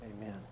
amen